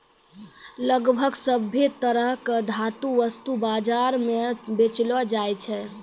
लगभग सभ्भे तरह के धातु वस्तु बाजार म बेचलो जाय छै